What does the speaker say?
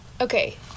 Okay